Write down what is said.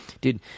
Dude